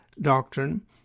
doctrine